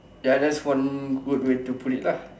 ya that's one good way to put it lah